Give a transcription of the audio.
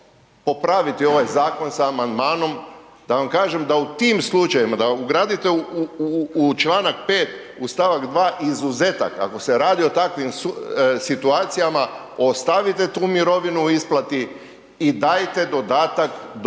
da vam kažem da u tim slučajevima da ugradite u članak 5. u stavak 2. izuzetak ako se radi o takvim situacijama ostavite tu mirovinu u isplati i dajte dodatak do